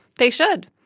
they should